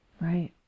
Right